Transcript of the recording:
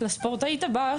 לספורטאית הבאה